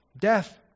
death